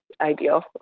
ideal